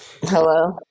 Hello